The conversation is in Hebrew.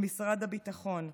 למשרד הביטחון.